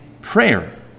prayer